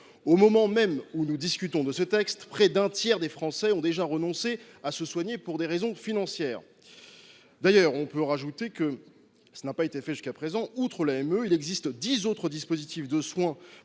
Au moment même où nous discutons de ce texte, près d’un tiers des Français a déjà renoncé à se soigner pour des raisons financières. D’ailleurs, nous pouvons ajouter – cela n’a pas été fait jusqu’à présent – qu’il existe, outre l’AME, dix autres dispositifs de soins